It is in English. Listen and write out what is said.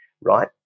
right